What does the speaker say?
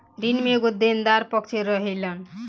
ऋण में एगो देनदार पक्ष रहेलन